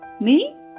Me